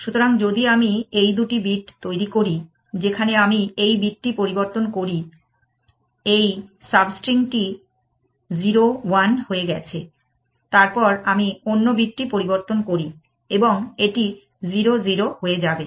সুতরাং যদি আমি এই দুটি বিট তৈরি করি যেখানে আমি এই বিটটি পরিবর্তন করি এই সাবস্ট্রিং টি 0 1 হয়ে গেছে তারপর আমি অন্য বিটটি পরিবর্তন করি এবং এটি 0 0 হয়ে যাবে